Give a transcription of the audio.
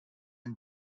and